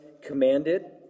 commanded